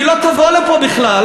היא לא תבוא לפה בכלל,